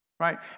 right